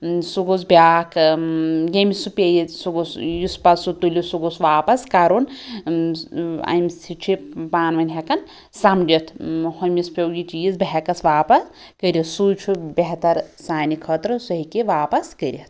سُہ گوژھ بیٛاکھ ییٚمِس سُہ پیٚیہِ سُہ گوٚژھ یُس پَتہٕ سُہ تُلہِ سُہ گوٚژھ واپَس کَرُن اَمہِ سۭتۍ چھِ پانہٕ وٲنۍ ہیٚکان سمجھتھ ہوٚمِس پیٚو یہِ چیٖز بہٕ ہیٚکَس واپَس کٔرِتھ سُے چھُ بہتر سانہِ خٲطرٕ سُہ ہیٚکہِ واپَس کٔرِتھ